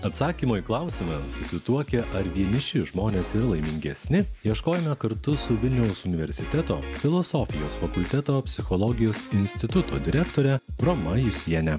atsakymo į klausimą susituokę ar vieniši žmonės ir laimingesni ieškojome kartu su vilniaus universiteto filosofijos fakulteto psichologijos instituto direktore roma jusienė